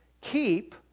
keep